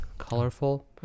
Colorful